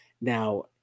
Now